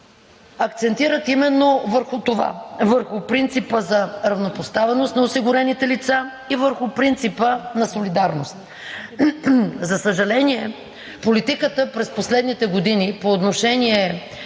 акцентират именно върху това – върху принципа за равнопоставеност на осигурените лица и върху принципа на солидарност. За съжаление, политиката през последните години по отношение